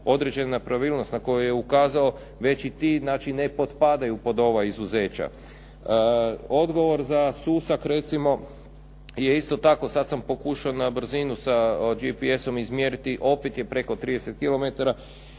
određena pravilnost na koju je ukazao već i ti znači ne potpadaju pod ova izuzeća. Odgovor za Susak recimo je isto tako. Sad sam pokušao na brzinu sa GPS-om izmjeriti, opet je preko 30